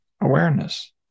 Awareness